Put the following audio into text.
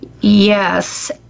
Yes